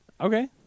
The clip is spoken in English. Okay